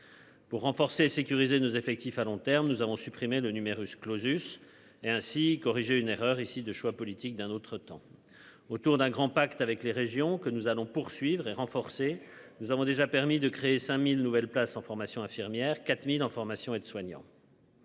Pour renforcer, sécuriser nos effectifs à long terme nous avons supprimer le numerus clausus est ainsi corriger une erreur ici de choix politiques d'un autre temps autour d'un grand pacte avec les régions que nous allons poursuivre et renforcer. Nous avons déjà permis de créer 5000 nouvelles places en formation infirmière 4000 en formation, aide soignante.